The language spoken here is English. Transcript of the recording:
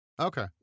Okay